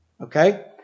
Okay